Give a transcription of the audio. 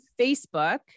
Facebook